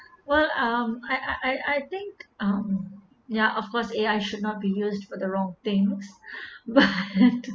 well um I I think um yeah of course A_I should not be used for the wrong things but